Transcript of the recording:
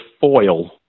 foil